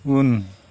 उन